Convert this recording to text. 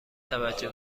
توجه